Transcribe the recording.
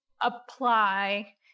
apply